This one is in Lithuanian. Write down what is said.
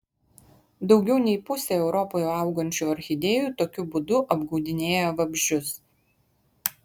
daugiau nei pusė europoje augančių orchidėjų tokiu būdu apgaudinėja vabzdžius